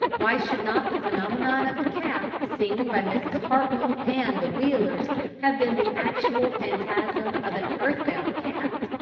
why should not the phenomenon of the cat seen by mrs. hartnoll and the wheelers have been the actual phantasm of an earthbound cat?